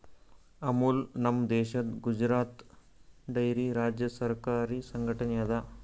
ಅಮುಲ್ ನಮ್ ದೇಶದ್ ಗುಜರಾತ್ ಡೈರಿ ರಾಜ್ಯ ಸರಕಾರಿ ಸಂಘಟನೆ ಅದಾ